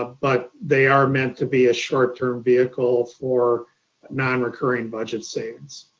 ah but they are meant to be a short term vehicle for non-recurring budget savings.